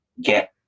get